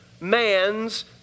man's